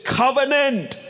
covenant